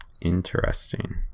Interesting